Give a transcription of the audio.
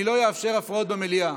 אני לא אאפשר הפרעות במליאה.